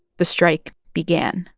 the strike began